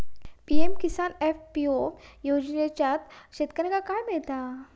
PM Kisan FPO योजनाच्यात शेतकऱ्यांका काय मिळता?